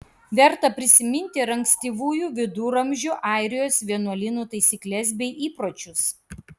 verta prisiminti ir ankstyvųjų viduramžių airijos vienuolynų taisykles bei įpročius